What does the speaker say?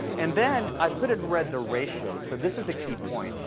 and then i put it in red, the ratios. so this is a key point.